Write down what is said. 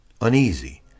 uneasy